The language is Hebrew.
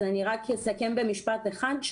אסכם במשפט אחד.